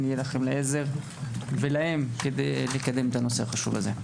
נהיה לכם ולהם לעזר כדי לקדם את הנושא החשוב הזה.